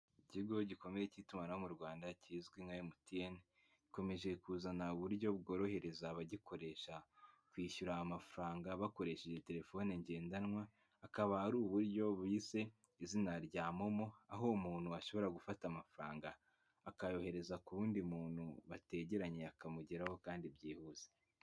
Ikigo gikomeye cy'itumanaho mu Rwanda kizwi nka MTN gikomeje kuzana buryo bworohereza abagikoresha kwishyura a mafaranga bakoresheje telefone ngendanwa. Akaba ari uburyo bise izina rya momo aho umuntu ashobora gufata amafaranga akayohereza ku wundi muntu bategeranye akamugeraho kandi byihuse.